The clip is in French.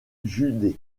județ